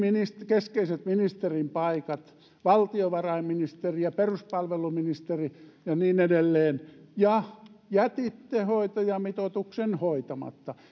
keskeiset ministerin paikat valtiovarainministeri peruspalveluministeri ja niin edelleen ja jätitte hoitajamitoituksen hoitamatta